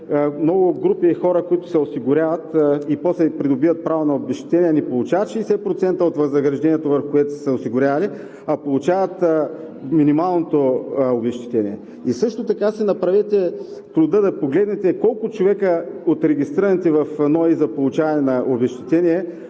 много групи хора, които се осигуряват и после придобиват право на обезщетение, не получават 60% от възнаграждението, върху което са се осигурявали, а получават минималното обезщетение. Също така си направете труда да погледнете колко човека от всички регистрирани в НОИ за получаване на обезщетение,